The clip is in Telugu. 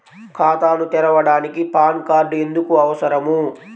ఖాతాను తెరవడానికి పాన్ కార్డు ఎందుకు అవసరము?